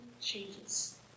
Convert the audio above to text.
changes